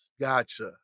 Gotcha